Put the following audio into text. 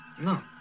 No